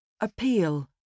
Appeal